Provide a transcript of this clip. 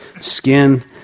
Skin